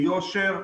ביושר,